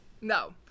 no